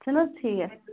چھُ نہٕ حَظ ٹھیٖک